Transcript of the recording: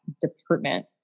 department